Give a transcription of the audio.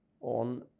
on